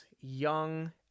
young